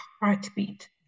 heartbeat